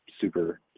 super